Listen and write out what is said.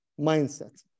mindset